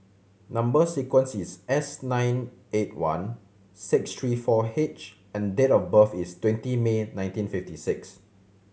number sequence is S nine eight one six three four H and date of birth is twenty May nineteen fifty six